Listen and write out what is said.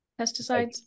pesticides